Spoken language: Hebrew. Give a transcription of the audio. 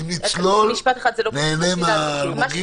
אם נצלול נהנה מהאלמוגים ולא יותר.